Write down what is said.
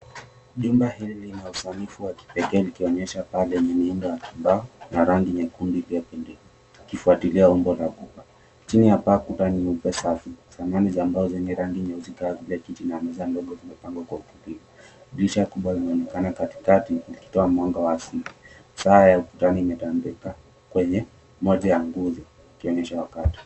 Jumba hili lina usanifu wa kipekee likionyesha paa lenye muundo wa mbao na rangi nyekundu iliyopindika ikifuatilia umbo la kuba. Chini ya paa kuta ni nyeupe safi. Samani ya mbao zenye kiti na meza ndogo zimepangwa kwa utulivu. Dirisha kubwa linaonekana katikati likitoa mwanga wa asili. Saa ya ukutani imetandikwa kwenye moja ya nguzo ikionyesha wakati.